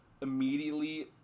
immediately